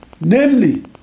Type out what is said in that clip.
namely